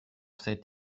cet